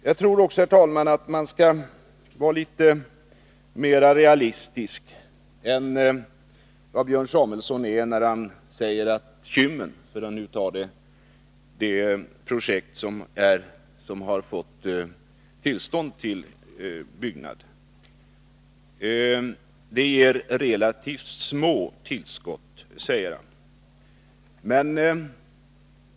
Jag tror, herr talman, att man skall vara litet mer realistisk än vad Björn Samuelson är när han säger att Kymmen — det är det projekt som har fått byggnadstillstånd — ger relativt små tillskott.